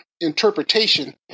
interpretation